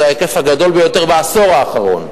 זה ההיקף הגדול ביותר בעשור האחרון.